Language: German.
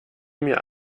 mir